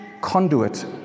conduit